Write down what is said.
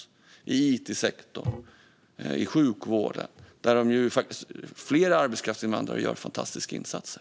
Det handlar om it-sektorn och sjukvården, där flera arbetskraftsinvandrare faktiskt gör fantastiska insatser.